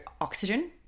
oxygen